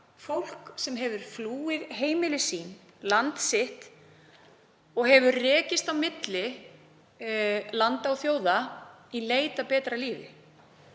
fólk sem hefur flúið heimili sín, land sitt og hefur rekist á milli landa og þjóða í leit að betra lífi